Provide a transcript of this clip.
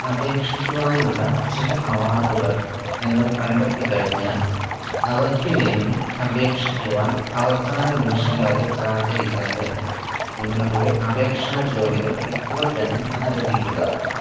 അപേക്ഷിക്കുവാനുള്ള ചില അവാർഡുകൾ നിങ്ങൾ കണ്ടെത്തി കഴിഞ്ഞാൽ അവയ്ക്ക് വേണ്ടി അപേക്ഷിക്കുവാൻ അവസാന നിമിഷം വരെ കാത്തിരിക്കാതെ നിങ്ങളുടെ അപേക്ഷാ ജോലികൾ ഇപ്പോൾ തന്നെ ആരംഭിക്കുക